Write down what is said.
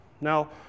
now